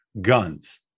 guns